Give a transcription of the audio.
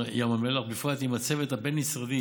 ים המלח ובפרט עם הצוות הבין-משרדי